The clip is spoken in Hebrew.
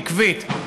עקבית,